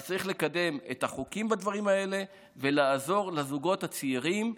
צריך לקדם את החוקים בדברים האלה ולעזור לזוגות הצעירים,